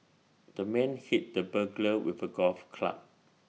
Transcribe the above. the man hit the burglar with A golf club